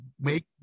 make